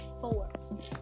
four